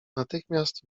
natychmiast